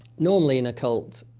normally in a cult,